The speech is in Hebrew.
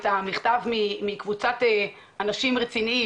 את המכתב מקבוצת אנשים רציניים,